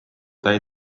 praegu